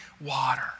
water